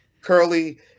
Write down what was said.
Curly